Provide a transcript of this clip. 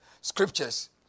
Scriptures